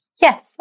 Yes